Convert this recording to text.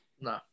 No